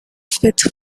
fit